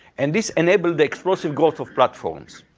and this enable the explosive growth of platforms.